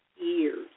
years